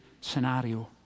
scenario